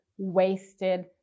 wasted